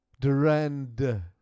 Durand